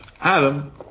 Adam